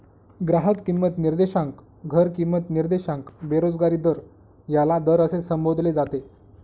ग्राहक किंमत निर्देशांक, घर किंमत निर्देशांक, बेरोजगारी दर याला दर असे संबोधले जाते